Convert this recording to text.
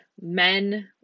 men